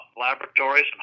laboratories